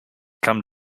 come